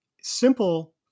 simple